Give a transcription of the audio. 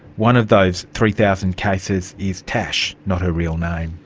one of those three thousand cases is tash, not her real name.